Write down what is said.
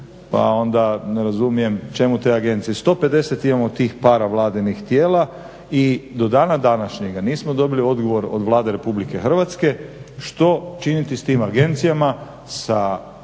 Pa onda ne razumijem čemu te agencije. 150 imamo tih paravladinih tijela i do dana današnjega nismo dobili odgovor od Vlade RH što činiti s tim agencijama sa